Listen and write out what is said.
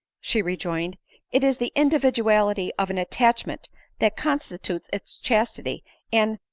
she rejoined it is the individuality of an attachment that constitutes its chastity and